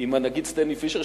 עם הנגיד סטנלי פישר,